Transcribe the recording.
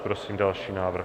Prosím další návrh.